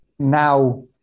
Now